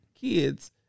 kids